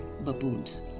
baboons